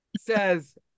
says